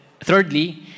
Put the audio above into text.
thirdly